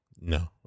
No